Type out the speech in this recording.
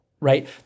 right